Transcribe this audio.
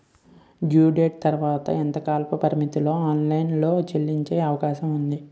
Due date దాటిన తర్వాత ఎంత కాలపరిమితిలో ఆన్ లైన్ లో చెల్లించే అవకాశం వుంది?